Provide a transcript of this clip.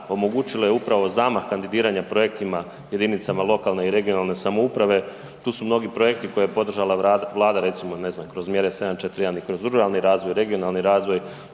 omogućilo je upravo zamah kandidiranja projektima jedinicama lokalne i regionalne samouprave. Tu su mnogi projekti koje je podržala Vlada, recimo ne znam kroz mjere 741 i kroz ruralni razvoj i regionalni razvoj